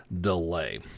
delay